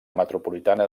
metropolitana